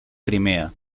crimea